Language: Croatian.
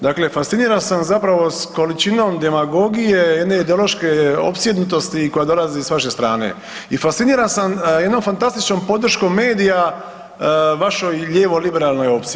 Dakle, fasciniran sam zapravo s količinom demagogije jedne ideološke opsjednutosti koja dolazi s vaše strane i fasciniran sam jednom fantastičnom podrškom medija vašoj lijevo-liberalnoj opciji.